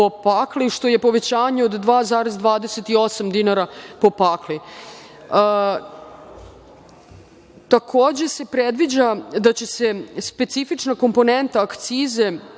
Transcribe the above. što je povećanje od 2,28 dinara po pakli. Takođe se predviđa da će se specifična komponenta akcize